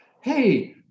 Hey